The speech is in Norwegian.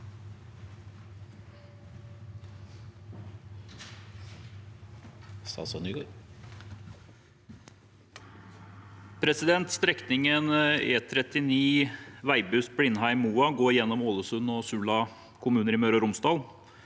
Strekningen E39 Veibust–Blindheim–Moa går gjennom Ålesund og Sula kommuner i Møre og Romsdal.